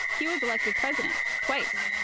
he was elected president twice